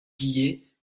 guillet